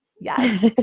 Yes